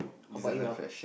how about you ah